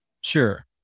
Sure